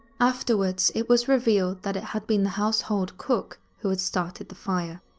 afterwards, it was revealed that it had been the household cook who had started the fire.